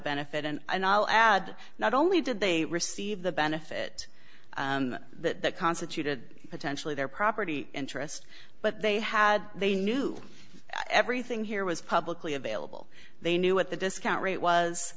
benefit and i'll add not only did they receive the benefit that that constituted potentially their property interest but they had they knew everything here was publicly available they knew what the discount rate was